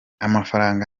amafaranga